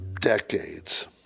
decades